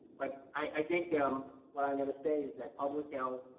but i think um what i'm going to say is that public health